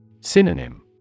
Synonym